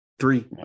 Three